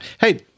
Hey